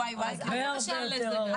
הרבה יותר ארוך.